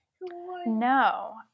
No